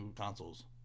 consoles